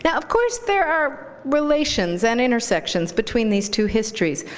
yeah of course there are relations and intersections between these two histories.